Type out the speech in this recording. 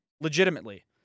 legitimately